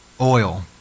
oil